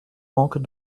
manque